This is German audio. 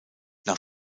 nach